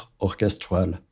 orchestral